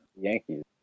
Yankees